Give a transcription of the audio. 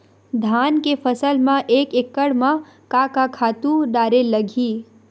धान के फसल म एक एकड़ म का का खातु डारेल लगही?